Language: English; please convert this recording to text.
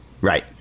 Right